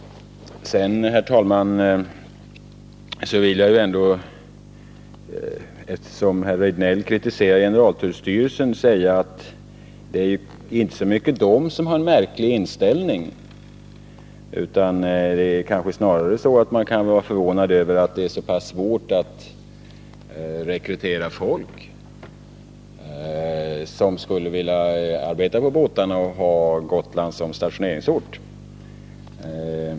Jag vill sedan, herr talman, eftersom herr Rejdnell kritiserar generaltullstyrelsen, säga att det inte så mycket är fråga om att styrelsen har en märklig inställning, utan att man kanske snarare kan vara förvånad över att det är så pass svårt att rekrytera folk som skulle vilja arbeta på båtarna och ha Gotland som stationeringsort.